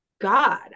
God